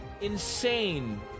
insane